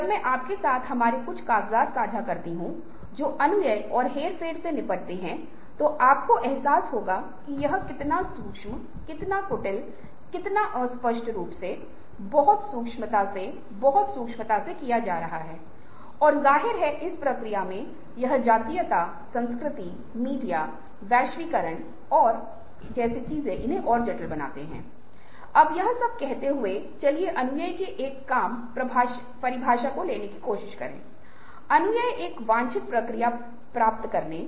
जब भी आपको समय मिलता है आप मानसिक रूप से आध्यात्मिक और सामाजिक रूप से मानसिक रूप से खुद को नवीनीकृत कर सकते हैं और एक बेहतर जीवन के लिए और एक बेहतर व्यक्ति बनने के लिए खुद को फिर से सक्रिय कर सकते हैं